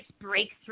breakthrough